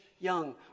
young